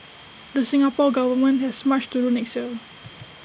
the Singapore Government has much to do next year